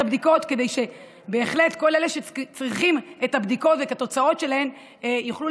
הבדיקות כדי שבהחלט כל אלה שצריכים את הבדיקות ואת התוצאות שלהן יוכלו